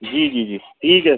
जी जी जी ठीक है